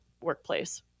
workplace